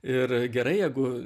ir gerai jeigu